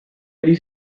ari